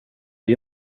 det